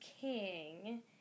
king